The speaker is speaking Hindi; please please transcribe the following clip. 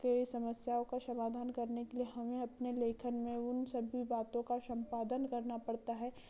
की समस्याओं का समाधान करने के लिए हमें अपने लेखन में उन सभी बातों का सम्पादन करना पड़ता है